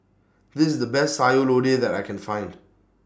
This IS The Best Sayur Lodeh that I Can Find